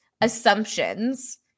assumptions